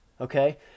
Okay